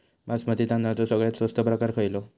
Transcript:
बासमती तांदळाचो सगळ्यात स्वस्त प्रकार खयलो?